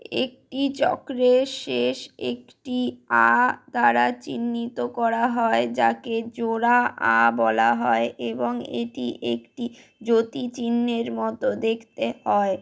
একটি চক্রের শেষ একটি আ দ্বারা চিহ্নিত করা হয় যাকে জোড়া আ বলা হয় এবং এটি একটি যতিচিহ্নের মতো দেখতে হয়